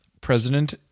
President